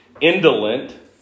indolent